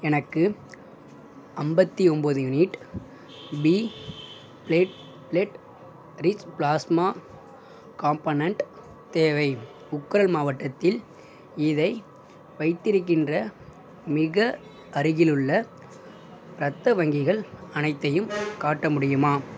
எனக்கு ஐம்பத்தி ஒம்பது unit B platelet rich plasma component தேவை உக்கருல் மாவட்டத்தில் இதை வைத்திருக்கின்ற மிக அருகிலுள்ள இரத்த வங்கிகள் அனைத்தையும் காட்ட முடியுமா